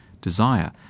desire